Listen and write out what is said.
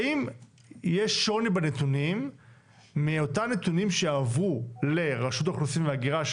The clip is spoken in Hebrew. האם יש שוני בנתונים מאותם נתונים שהועברו לרשות האוכלוסין וההגירה,